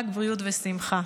רק בריאות ושמחה.